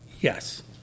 Yes